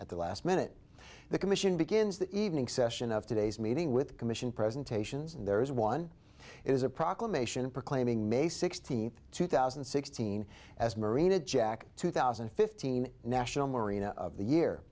at the last minute the commission begins the evening session of today's meeting with commission presentations and there is one is a proclamation proclaiming may sixteenth two thousand and sixteen as marina jack two thousand and fifteen national marna of the year